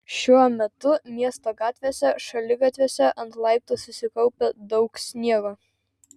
šiuo metu miesto gatvėse šaligatviuose ant laiptų susikaupę daug sniego